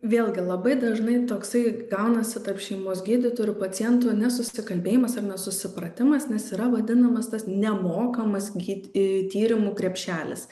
vėlgi labai dažnai toksai gaunasi tarp šeimos gydytojo ir paciento nesusikalbėjimas ar nesusipratimas nes yra vadinamas tas nemokamas gydy tyrimų krepšelis